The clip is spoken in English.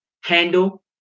handle